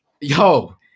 yo